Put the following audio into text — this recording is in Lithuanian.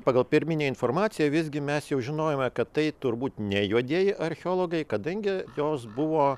pagal pirminę informaciją visgi mes jau žinojome kad tai turbūt ne juodieji archeologai kadangi jos buvo